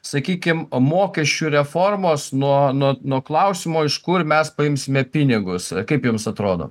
sakykim mokesčių reformos nuo nuo nuo klausimo iš kur mes paimsime pinigus kaip jums atrodo